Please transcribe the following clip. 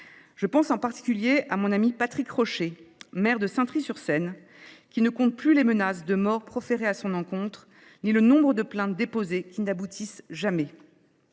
Je pense en particulier à mon ami Patrick Rauscher, maire de Saintry sur Seine, qui ne compte plus les menaces de mort proférées à son endroit ni le nombre de plaintes qu’il a déposées et qui n’aboutissent jamais.